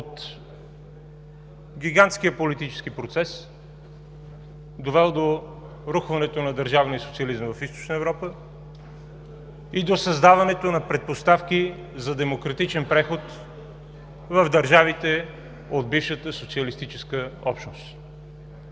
от гигантския политически процес, довел до рухването на държавния социализъм в Източна Европа и до създаването на предпоставки за демократичен преход в държавите от бившата социалистическа общност.